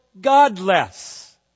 godless